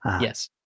Yes